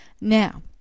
Now